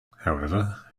however